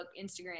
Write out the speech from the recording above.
Instagram